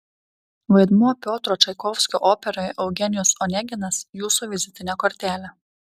vaidmuo piotro čaikovskio operoje eugenijus oneginas jūsų vizitinė kortelė